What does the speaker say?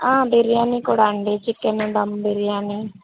బిర్యానీ కూడా అండీ చికెన్ దమ్ బిర్యానీ